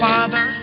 Father